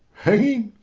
hanging.